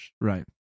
Right